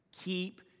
Keep